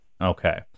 okay